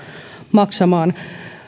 maksamaan